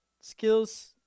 skills